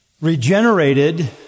regenerated